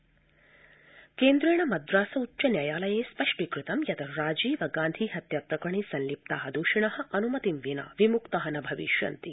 मद्रासोच्चन्यायालयः केन्द्रेण मद्रासोच्चनायायालये स्पष्टीकृतं यत् राजीवगांधी हत्याप्रकरणे संलिप्ताः दोषिणः अनुमतिं विना विमुक्ताः न भविष्यन्ति